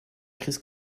crise